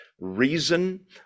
reason